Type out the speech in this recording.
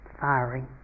fiery